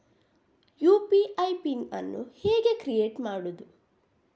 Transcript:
UPI PIN ಅನ್ನು ಹೇಗೆ create ಮಾಡುದು?